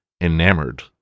enamored